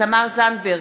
תמר זנדברג,